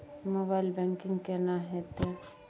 Mobile banking केना हेते?